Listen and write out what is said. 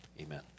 amen